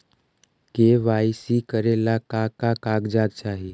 KYC करे ला का का कागजात चाही?